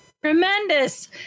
Tremendous